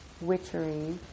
Witchery